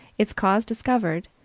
its cause discovered,